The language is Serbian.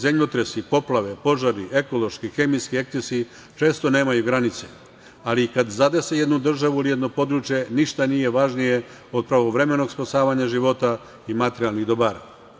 Zemljotresi i poplave, požari, ekološki, hemijski ekscesi često nemaju granice, ali kada zadese jednu državu, jedno područje, ništa nije važnije od pravovremenog spasavanja života i materijalnih dobara.